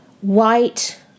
White